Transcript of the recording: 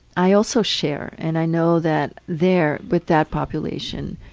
i also share and i know that there, with that population